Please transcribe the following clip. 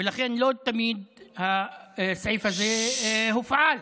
ולכן לא תמיד הסעיף הזה הופעל,